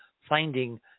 finding